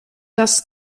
das